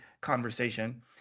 conversation